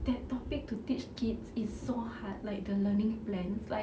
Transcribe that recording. that topic to teach kids is so hard like the learning plans like